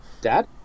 dad